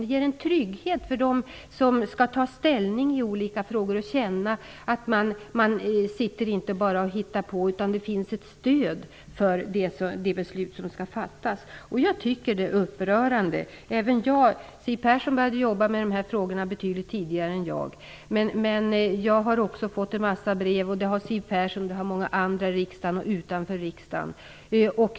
Det ger en trygghet för dem som skall ta ställning i olika frågor. De känner att de inte bara sitter och hittar på utan att det finns ett stöd för det beslut som skall fattas. Jag tycker att det här är upprörande. Siw Persson började jobba med de här frågorna betydligt tidigare än jag. Siw Persson, jag och många andra i och utanför riksdagen har fått en massa brev.